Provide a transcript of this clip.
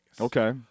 okay